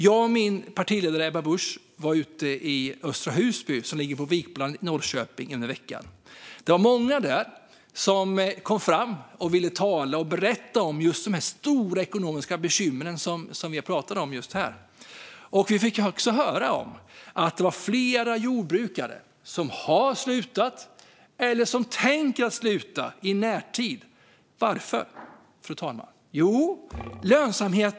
Jag och min partiledare Ebba Busch var i veckan ute i Östra Husby som ligger på Vikbolandet i Norrköping. Det var många där som kom fram och ville tala och berätta om de stora ekonomiska bekymren som jag talade om just här. Vi fick också höra att det var flera jordbrukare som har slutat eller som tänker sluta i närtid. Varför, fru talman?